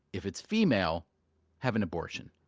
if it's female have an abortion.